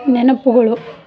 ನೆನಪುಗಳು